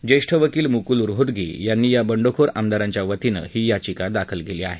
ज्येष्ठ वकील मुकूल रोहतगी यांनी या बंडखोर आमदारांच्या वतीनं ही याचिका दाखल केली आहे